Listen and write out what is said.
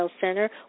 Center